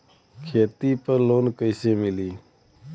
खेती पर लोन कईसे मिली?